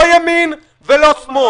לא בימין ולא בשמאל.